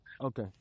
Okay